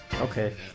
Okay